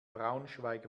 braunschweig